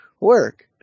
work